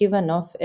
עקיבא נוף,